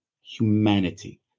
humanity